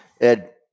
Ed